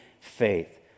faith